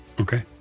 Okay